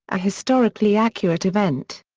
a historically-accurate event.